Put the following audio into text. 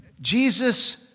Jesus